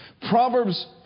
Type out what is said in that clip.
Proverbs